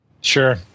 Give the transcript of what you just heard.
sure